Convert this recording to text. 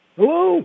Hello